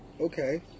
okay